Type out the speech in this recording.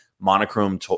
monochrome